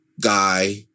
guy